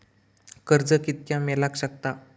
कर्ज कितक्या मेलाक शकता?